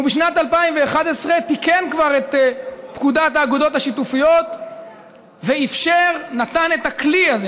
ובשנת 2011 כבר תיקן את פקודת האגודות השיתופיות ונתן את הכלי הזה,